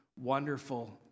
wonderful